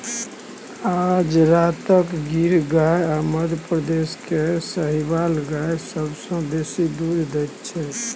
गुजरातक गिर गाय आ मध्यप्रदेश केर साहिबाल गाय सबसँ बेसी दुध दैत छै